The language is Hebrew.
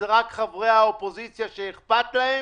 זה רק חברי האופוזיציה שאכפת להם?